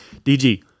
DG